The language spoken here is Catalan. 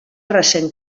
recent